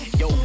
yo